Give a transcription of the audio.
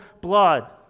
blood